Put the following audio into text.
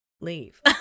leave